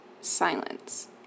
silence